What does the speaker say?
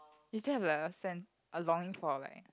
you still have like a sense a longing for like ah